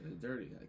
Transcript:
Dirty